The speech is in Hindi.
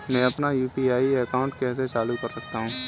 मैं अपना यू.पी.आई अकाउंट कैसे चालू कर सकता हूँ?